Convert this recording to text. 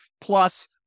Plus